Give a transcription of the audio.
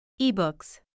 Ebooks